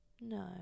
No